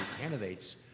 candidates